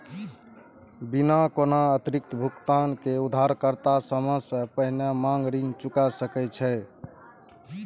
बिना कोनो अतिरिक्त भुगतान के उधारकर्ता समय सं पहिने मांग ऋण चुका सकै छै